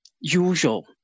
usual